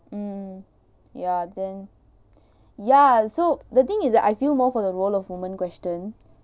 mm ya then ya so the thing is that I feel more for the role of woman question